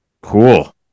Cool